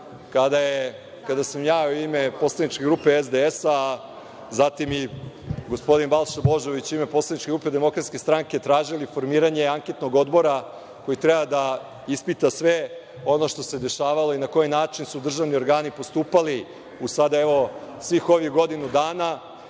kada smo ja, u ime poslaničke grupe SDS, zatim i gospodin Balša Božović, u ime poslaničke grupe DS, tražili formiranje anketnog odbora koji treba da ispita sve ono što se dešavalo i na koji način su državni organi postupali u sada evo svih ovih godinu dana,